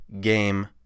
game